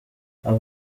aha